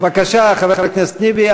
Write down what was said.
בבקשה, חבר הכנסת טיבי.